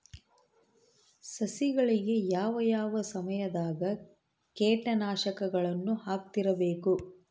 ಸಸಿಗಳಿಗೆ ಯಾವ ಯಾವ ಸಮಯದಾಗ ಕೇಟನಾಶಕಗಳನ್ನು ಹಾಕ್ತಿರಬೇಕು?